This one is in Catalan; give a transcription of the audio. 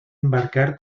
embarcar